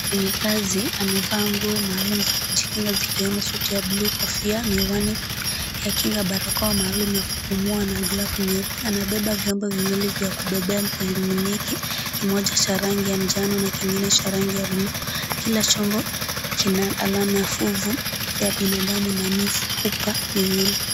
Mfanyikazi amevaa nguo rasmi za kujikinga, zikiwemo suti ya blue ,kofia, miwani ya kinga, balakoa maalum ya kupumua na glove nyeupe. Amebeba vyombo viwili vya kubebea vimeneki. Kimoja cha rangi ya njano na kingine cha rangi ya blue . Kila chombo kina alama fufu ya binadamu na mifupa miwili.